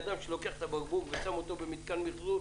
אדם שלוקח את הבקבוק ושם אותו במתקן מיחזור,